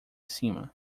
cima